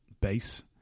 base